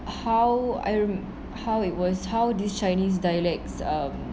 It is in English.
how I how it was how this chinese dialects um